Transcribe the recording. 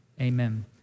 Amen